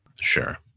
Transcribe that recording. Sure